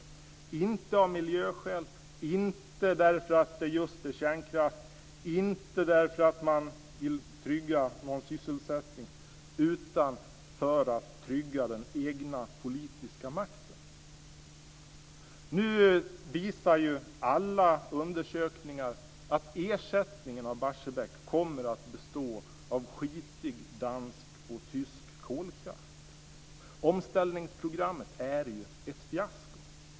Man gör det inte av miljöskäl, inte därför att det just handlar om kärnkraft och inte därför att man vill trygga någon sysselsättning. Man gör det för att trygga den egna politiska makten. Nu visar alla undersökningar att Barsebäcks ersättning kommer att bestå av skitig dansk och tysk kolkraft. Omställningsprogrammet är ju ett fiasko.